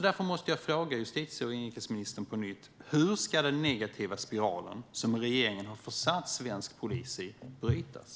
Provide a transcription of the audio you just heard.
Därför måste jag fråga justitie och inrikesministern på nytt: Hur ska den negativa spiral som regeringen har försatt svensk polis i brytas?